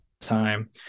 time